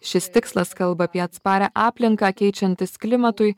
šis tikslas kalba apie atsparią aplinką keičiantis klimatui